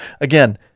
Again